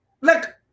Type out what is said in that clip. look